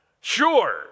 Sure